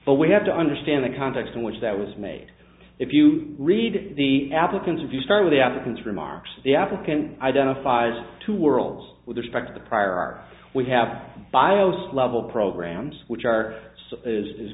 but we have to understand the context in which that was made if you read the applicants if you start with the applicants remarks the applicant identifies two worlds with respect to the prior art we have bios level programs which are so is